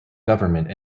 government